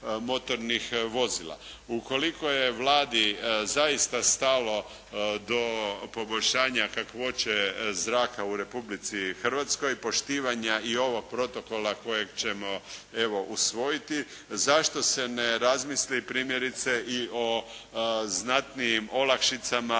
motornih vozila. Ukoliko je Vladi zaista stalo do poboljšanja kakvoće zraka u Republici Hrvatskoj, poštivanja i ovog protokola kojeg ćemo evo usvojiti zašto se ne razmisli primjerice i o znatnijim olakšicama